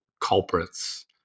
culprits